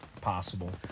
possible